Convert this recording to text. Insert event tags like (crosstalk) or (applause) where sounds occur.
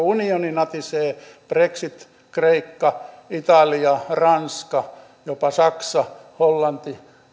(unintelligible) unioni natisee brexit kreikka italia ranska jopa saksa hollanti